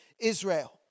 Israel